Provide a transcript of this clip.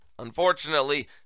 unfortunately